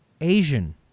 Asian